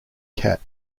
cat